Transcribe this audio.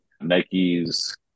Nike's